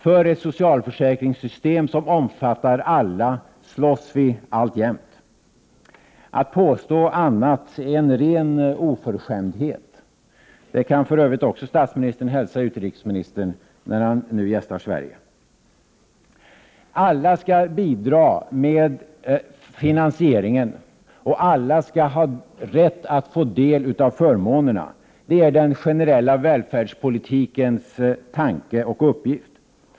För ett socialförsäkringssystem som omfattar alla slåss vi alltjämt. Att påstå annat är ren oförskämdhet. Det kan för övrigt statsministern också hälsa utrikesministern när denne nu gästar Sverige! Alla skall bidra med finansieringen, och alla skall ha rätt att få del av förmånerna. Det är den generella välfärdspolitikens tanke och uppgift.